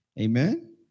Amen